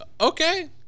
okay